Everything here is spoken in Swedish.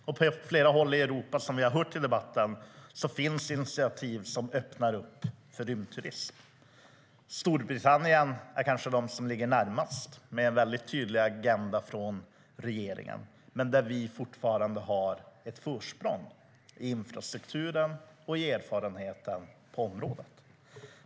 På flera håll i Europa finns, som vi har hört i debatten, initiativ som öppnar för rymdturism. Storbritannien ligger kanske närmast, med en väldigt tydlig agenda från regeringen. Vi har dock fortfarande ett försprång när det gäller infrastrukturen och erfarenheten på området.